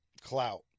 clout